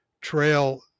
trail